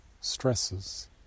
stresses